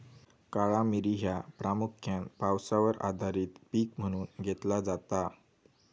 काळा मिरी ह्या प्रामुख्यान पावसावर आधारित पीक म्हणून घेतला जाता